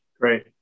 Great